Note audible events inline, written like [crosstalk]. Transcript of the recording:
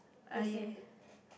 I eh [breath]